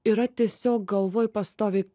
yra tiesiog galvoj pastoviai